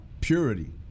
purity